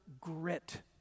grit